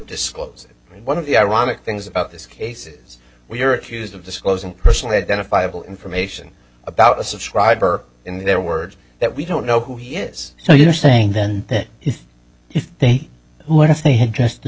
disclose one of the ironic things about this case is we're accused of disclosing personally identifiable information about a subscriber in their words that we don't know who he is so you're saying then that if they what if they had just